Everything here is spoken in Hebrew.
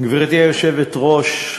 היושבת-ראש,